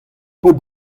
paotr